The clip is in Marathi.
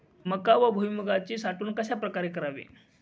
मका व भुईमूगाची साठवण कशाप्रकारे करावी?